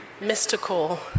mystical